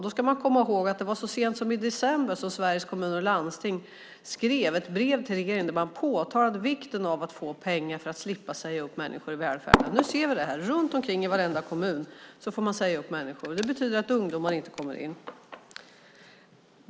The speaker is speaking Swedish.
Då ska man komma ihåg att Sveriges Kommuner och Landsting så sent som i december skrev ett brev till regeringen där man påtalade vikten av att få pengar för att slippa säga upp människor i välfärden. Nu ser vi att man i varenda kommun får säga upp människor. Det betyder att ungdomar inte kommer in.